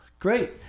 Great